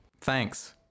Thanks